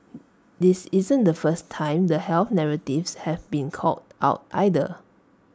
this isn't the first time the health narratives have been called out either